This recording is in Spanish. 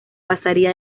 pasaría